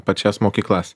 pačias mokyklas